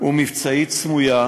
ומבצעית סמויה,